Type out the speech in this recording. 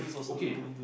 okay